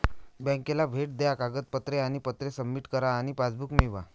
बँकेला भेट द्या कागदपत्रे आणि पत्रे सबमिट करा आणि पासबुक मिळवा